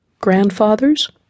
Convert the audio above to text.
Grandfathers